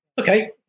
okay